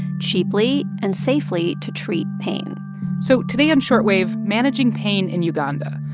cheaply and safely to treat pain so today on short wave, managing pain in uganda.